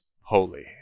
holy